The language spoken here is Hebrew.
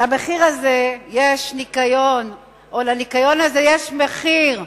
לניקיון הזה יש מחיר.